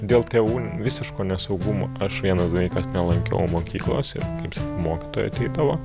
dėl tėvų visiško nesaugumo aš vienas dalykas nelankiau mokyklos ir mokytojai ateidavo